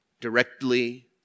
directly